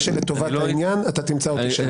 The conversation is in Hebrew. מה שלטובת העניין, אתה תמצא אותי שם.